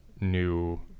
New